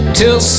till